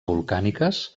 volcàniques